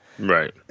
Right